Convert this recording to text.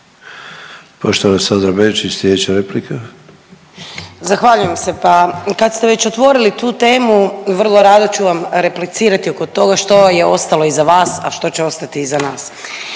replika. **Benčić, Sandra (Možemo!)** Zahvaljujem se. Pa kad ste već otvorili tu temu, vrlo rado ću vam replicirati oko toga što je ostalo iza vas, a što će ostati iza nas.